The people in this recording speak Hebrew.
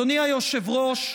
אדוני היושב-ראש,